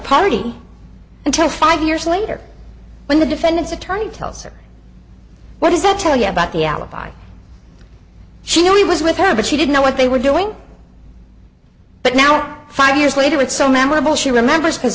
party until five years later when the defendant's attorney tells her what does that tell you about the alibi she knew he was with her but she didn't know what they were doing but now five years later with so memorable she remembers because